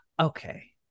Okay